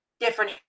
different